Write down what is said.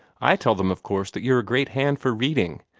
i tell them, of course, that you're a great hand for reading,